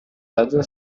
leggere